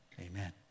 Amen